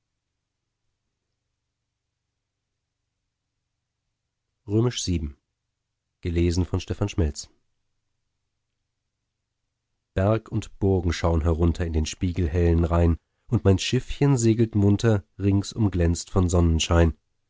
berg und burgen schaun herunter in den spiegelhellen rhein und mein schifflein segelt munter rings umglänzt von sonnenschein